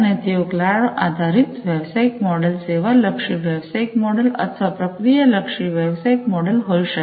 અને તેઓ ક્લાઉડ આધારિત વ્યવસાયિક મોડેલ સેવાલક્ષી વ્યવસાયિક મોડલ અથવા પ્રક્રિયા લક્ષી વ્યવસાયિક મોડેલ હોઈ શકે